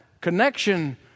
connection